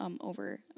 over